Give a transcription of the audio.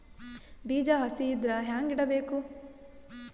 ಬೀಜ ಹಸಿ ಇದ್ರ ಹ್ಯಾಂಗ್ ಇಡಬೇಕು?